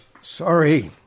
Sorry